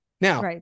Now